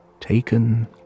taken